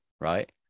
right